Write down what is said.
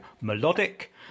melodic